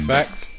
Facts